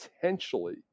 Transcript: potentially